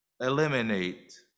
eliminate